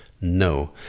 No